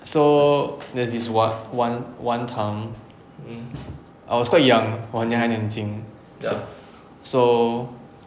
so there is one one one time I was quite young 我还年轻 so so